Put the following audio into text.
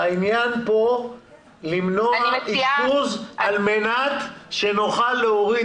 העניין פה למנוע אשפוז על מנת שנוכל להוריד